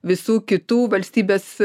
visų kitų valstybės